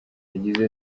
yagize